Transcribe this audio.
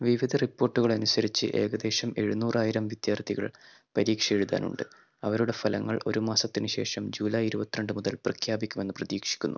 വിവിധ റിപ്പോർട്ടുകൾ അനുസരിച്ച് ഏകദേശം എഴുന്നൂറായിരം വിദ്യാർത്ഥികൾ പരീക്ഷ എഴുതാനുണ്ട് അവരുടെ ഫലങ്ങൾ ഒരു മാസത്തിന് ശേഷം ജൂലൈ ഇരുപത്തി രണ്ട് മുതൽ പ്രഖ്യാപിക്കുമെന്ന് പ്രതീക്ഷിക്കുന്നു